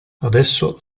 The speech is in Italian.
adesso